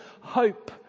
hope